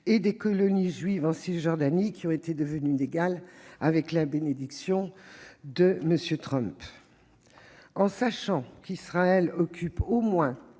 et des colonies juives en Cisjordanie, devenues légales avec la bénédiction de M. Trump. Sachant qu'Israël occupe au moins